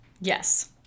Yes